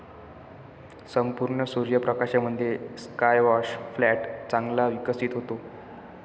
संपूर्ण सूर्य प्रकाशामध्ये स्क्वॅश प्लांट चांगला विकसित होतो